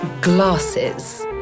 Glasses